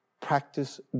practice